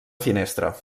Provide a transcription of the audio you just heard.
finestra